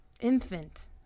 infant